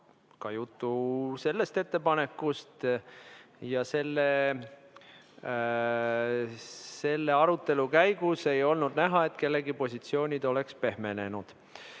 ka juttu sellest ettepanekust ja arutelu käigus ei olnud näha, et kellegi positsioonid oleks pehmenenud.